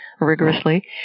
rigorously